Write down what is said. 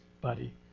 buddy